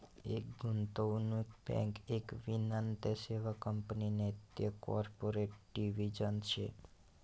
एक गुंतवणूक बँक एक वित्तीय सेवा कंपनी नैते कॉर्पोरेट डिव्हिजन शे